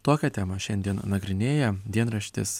tokią temą šiandien nagrinėja dienraštis